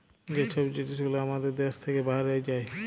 যে ছব জিলিস গুলা আমাদের দ্যাশ থ্যাইকে বাহরাঁয় যায়